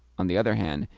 on the other hand,